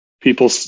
people